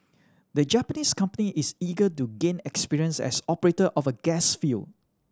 the Japanese company is eager to gain experience as operator of a gas field